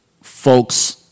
Folks